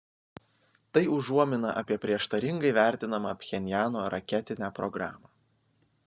tai užuomina apie prieštaringai vertinamą pchenjano raketinę programą